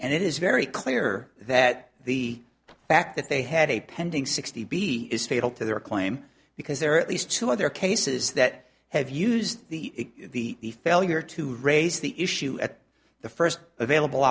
and it is very clear that the fact that they had a pending sixty b is fatal to their claim because there are at least two other cases that have used the failure to raise the issue at the first available